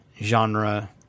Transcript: genre